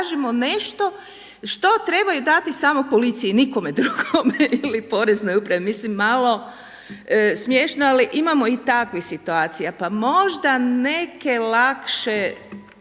nešto što trebaju dati policiji i nikome drugome ili poreznoj upravi. Mislim malo smiješno ali imamo i takvih situacija. Pa možda neke lakše